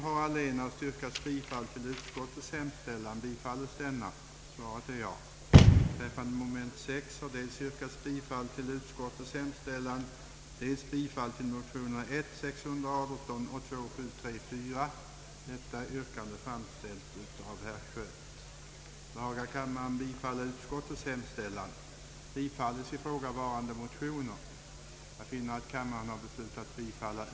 I utredningsgruppen ingår representanter för Svenska kommunförbundet och Svenska landstingsförbundet, två storheter som man inte kan bortse ifrån i det här sammanhanget, och i avvaktan på vad utredningen kommer till för resultat vill utskottet inte nu ta ställning i frågan.